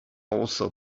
also